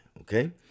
Okay